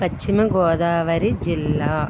పశ్చిమ గోదావరి జిల్లా